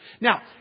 Now